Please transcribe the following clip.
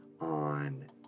on